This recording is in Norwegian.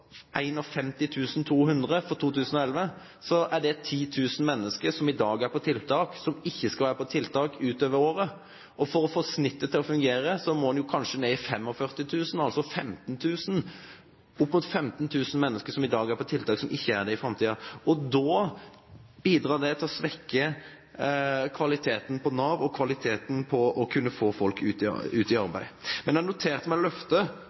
tiltak utover året. Og for å få snittet til å fungere, må man kanskje ned i 45 000, altså opp mot 15 000 mennesker som i dag er på tiltak, som ikke skal være det i framtiden. Det bidrar til å svekke kvaliteten på Nav og kvaliteten på å kunne få folk ut i arbeid. Men jeg noterte meg